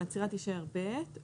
העצירה תישאר בדרגה ב'.